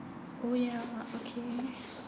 oh ya okay